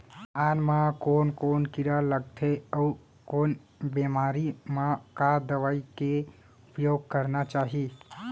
धान म कोन कोन कीड़ा लगथे अऊ कोन बेमारी म का दवई के उपयोग करना चाही?